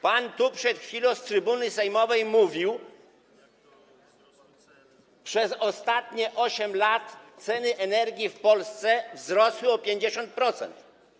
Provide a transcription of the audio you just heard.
Pan tu przed chwilą z trybuny sejmowej mówił: przez ostatnie 8 lat ceny energii w Polsce wzrosły o 50%.